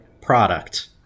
product